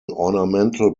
ornamental